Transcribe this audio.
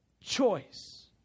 choice